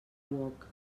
uoc